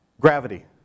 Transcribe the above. gravity